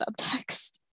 subtext